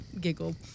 giggle